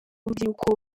urubyiruko